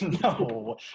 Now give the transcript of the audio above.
No